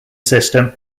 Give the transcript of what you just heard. system